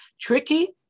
tricky